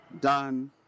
done